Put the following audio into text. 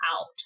out